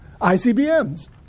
ICBMs